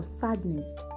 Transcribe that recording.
sadness